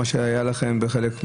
כמו שהיה בעבר.